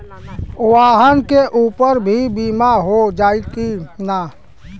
वाहन के ऊपर भी बीमा हो जाई की ना?